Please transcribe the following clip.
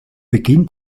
beginn